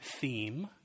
theme